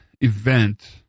event